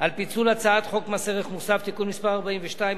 לפיצול הצעת חוק מס ערך מוסף (תיקון מס' 42),